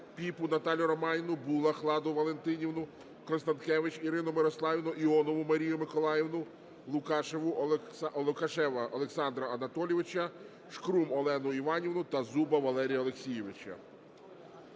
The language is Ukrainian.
Піпу Наталію Романівну, Булах Ладу Валентинівну, Констанкевич Ірину Мирославівну, Іонову Марію Миколаївну, Лукашева Олександра Анатолійовича, Шкрум Олену Іванівну та Зуба Валерія Олексійовича.